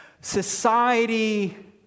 society